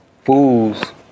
fools